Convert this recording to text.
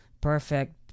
perfect